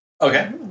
Okay